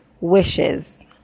wishes